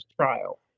trial